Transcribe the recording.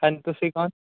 ਹਾਂਜੀ ਤੁਸੀਂ ਕੌਣ